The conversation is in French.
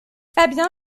fabien